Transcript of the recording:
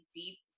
deep